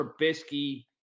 Trubisky